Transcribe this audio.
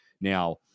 Now